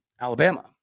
Alabama